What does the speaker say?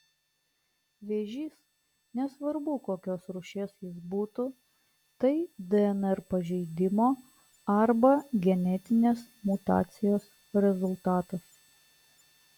vėžys nesvarbu kokios rūšies jis būtų tai dnr pažeidimo arba genetinės mutacijos rezultatas